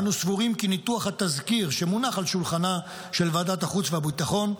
אנו סבורים כי ניתוח התזכיר שמונח על שולחנה של ועדת החוץ והביטחון,